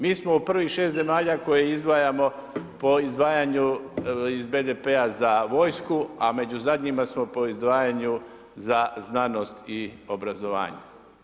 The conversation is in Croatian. Mi smo u prvih 6 zemalja koje izdvajamo po izdvajanju iz BDP-a za vojsku, a među zadnjima smo po izdvajanju za znanost i obrazovanje.